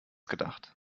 gedacht